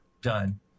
Done